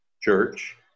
church